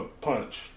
punch